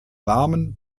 warmen